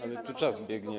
Ale tu czas biegnie.